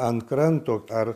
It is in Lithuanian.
ant kranto ar